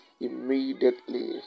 immediately